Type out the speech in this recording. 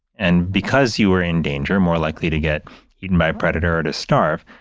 and because you were in danger or more likely to get eaten by a predator or to starve,